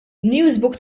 newsbook